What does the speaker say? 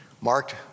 marked